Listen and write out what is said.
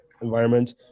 environment